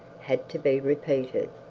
had to be repeated.